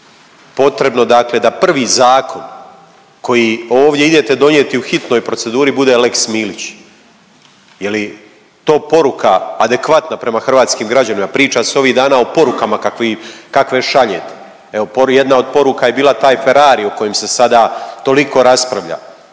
potrebno da prvi zakon koji ovdje idete donijeti u hitnoj proceduri bude lex Milić, je li to poruka adekvatna prema hrvatskim građanima? Priča se ovih dana o porukama kakve šaljete, evo jedna od poruka je bila taj Ferrari o kojem se sada toliko raspravlja.